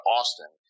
Austin